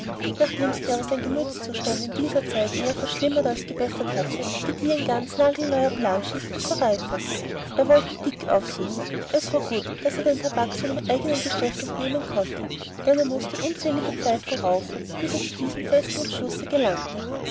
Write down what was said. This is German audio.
nachdem sich aber sein gemütszustand in dieser zeit eher verschlimmert als gebessert hatte gedieh ein ganz nagelneuer plan schließlich zur reife er wollte dick aufsuchen es war gut daß er den tabak seinem eignen geschäft entnehmen konnte denn er mußte unzählige pfeifen rauchen bis er zu diesem festen entschlüsse gelangte